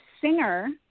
singer